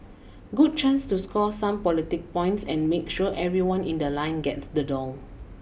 good chance to score some politic points and make sure everyone in the line gets the doll